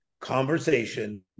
conversation